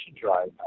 drive